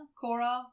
Cora